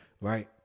right